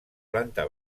planta